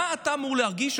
מה אתה אמור להרגיש,